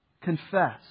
Confess